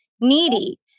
needy